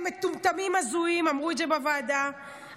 "מטומטמים הזויים" אמרו את זה בוועדה,